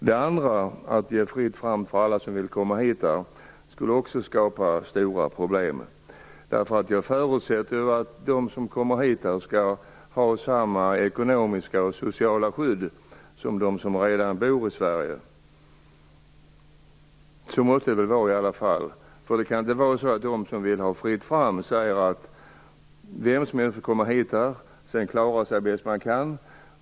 Den andra vägen, att ge fritt fram för alla som vill komma hit, skulle också skapa stora problem. Det förutsätter ju att de som kommer hit skall ha samma ekonomiska och sociala skydd som de som redan bor i Sverige har. Så måste det väl bli. För det kan väl inte vara så att de som vill ha fritt fram säger att vem som helst får komma hit och sedan klara sig bäst man kan.